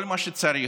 כל מה שצריך,